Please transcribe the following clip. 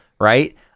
right